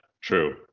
true